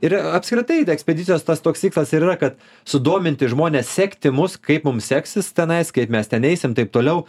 ir apskritai ta ekspedicijos tas toks tikslas ir yra kad sudominti žmones sekti mus kaip mums seksis tenais kaip mes ten neisim taip toliau